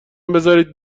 بزارید